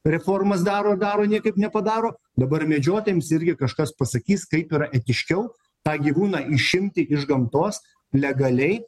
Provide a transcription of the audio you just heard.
reformas daro daro niekaip nepadaro dabar medžiotojams irgi kažkas pasakys kaip yra etiškiau tą gyvūną išimti iš gamtos legaliai